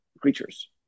creatures